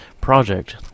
project